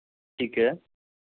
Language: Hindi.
ठीक है